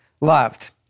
loved